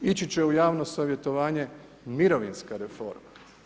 Ići će u javno savjetovanje mirovinska reforma.